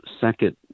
second